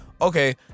okay